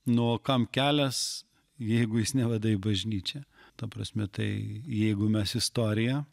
na o kam kelias jeigu jis neveda į bažnyčią ta prasme tai jeigu mes istoriją